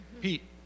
pete